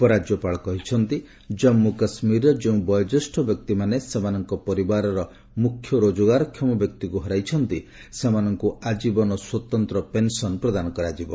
ଉପରାଜ୍ୟପାଳ କହିଛନ୍ତି ଜାନ୍ପୁ କାଶ୍ମୀର ଯେଉଁ ବୟୋଜ୍ୟେଷ୍ଠ ବ୍ୟକ୍ତିମାନେ ସେମାନଙ୍କ ପରିବାରର ମୁଖ୍ୟ ରୋଜଗାରକ୍ଷମ ବ୍ୟକ୍ତିଙ୍କୁ ହରାଇଛନ୍ତି ସେମାନଙ୍କୁ ଆକ୍ରୀବନ ସ୍ୱତନ୍ତ୍ର ପେନ୍ସନ୍ ପ୍ରଦାନ କରାଯିବ